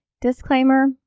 Disclaimer